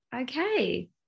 Okay